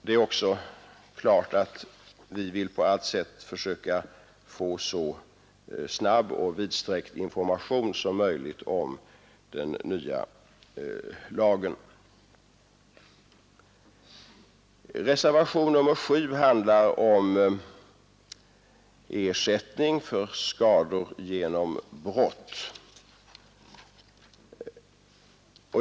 Det är också klart att vi på allt sätt vill försöka få så snabb och vidsträckt information som möjligt om den nya lagen. Reservationen 7 handlar om ersättning för skador genom brott.